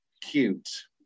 Cute